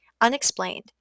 unexplained